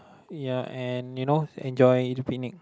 ya and you know enjoy picnic